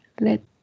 Let